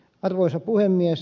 arvoisa puhemies